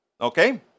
Okay